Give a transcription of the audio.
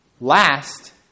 last